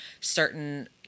certain